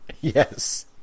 Yes